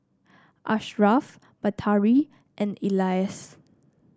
Ashraf Batari and Elyas